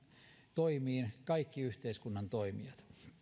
toimiin kaikki yhteiskunnan toimijat